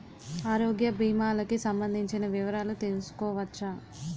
ఆరోగ్య భీమాలకి సంబందించిన వివరాలు తెలుసుకోవచ్చా?